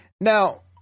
Now